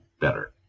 better